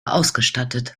ausgestattet